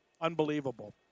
Unbelievable